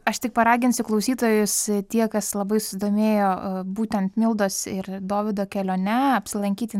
aš tik paraginsiu klausytojus tie kas labai susidomėjo būtent mildos ir dovydo kelione apsilankyti